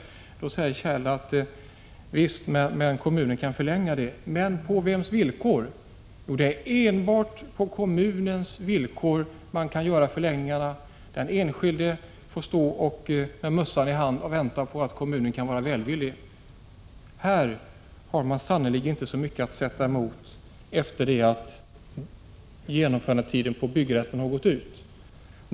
Kjell Mattsson säger då att visst kan det vara så — kommunen kan dock medge en förlängning. Men på vems villkor sker det? Jo, det är enbart på kommunens villkor som en förlängning kan åstadkommas. Den enskilde får stå med mössan i hand och vänta på att kommunen kan vara välvillig. Här har man sannerligen inte så mycket att sätta emot efter det att genomförandetiden för byggrätten har gått ut.